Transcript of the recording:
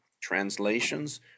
translations